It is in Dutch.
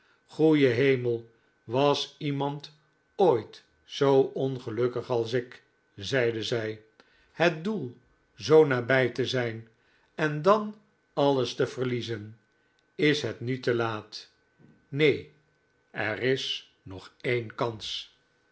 goeie hemel was iemand ooit zoo ongelukkig als ik zeide zij het doel zoo nabij te zijn en dan alles te verliezen is het nu te laat neen er is nog een kans